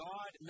God